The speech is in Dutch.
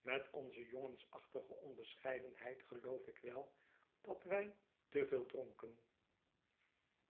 met onze jongensachtige onbescheidenheid geloof ik wel dat wij te veel dronken